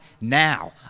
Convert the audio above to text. now